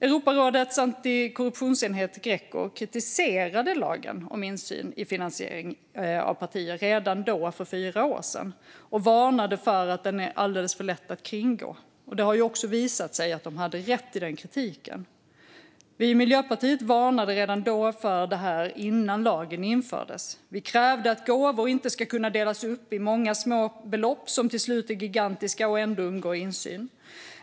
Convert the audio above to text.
Europarådets antikorruptionsenhet, Greco, kritiserade lagen om insyn i finansiering av partier redan för fyra år sedan och varnade för att den är alldeles för lätt att kringgå. Det har också visat sig att de hade rätt i denna kritik. Vi i Miljöpartiet varnade redan då för detta innan lagen infördes. Vi krävde att gåvor inte ska kunna delas upp i många små belopp som till slut är gigantiska och ändå undgå insyn.